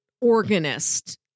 organist